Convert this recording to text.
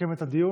יסכם את הדיון.